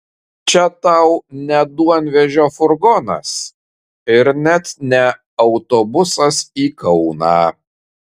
čia tau ne duonvežio furgonas ir net ne autobusas į kauną